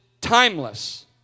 timeless